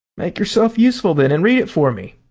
make yourself useful then, and read it for me.